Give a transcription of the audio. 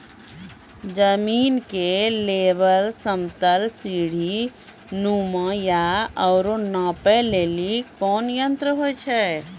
जमीन के लेवल समतल सीढी नुमा या औरो नापै लेली कोन यंत्र होय छै?